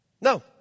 No